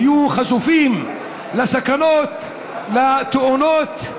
יהיו חשופים לסכנות, לתאונות.